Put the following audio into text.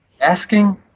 asking